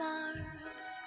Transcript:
Mars